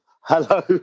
Hello